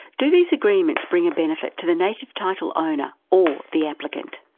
do these agreements bring a benefit to the native title owner or the applicant?